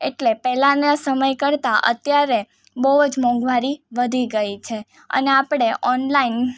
એટલે પહેલાંના સમય કરતાં અત્યારે બહુજ મોંઘવારી વધી ગઈ છે અને આપણે ઓનલાઈન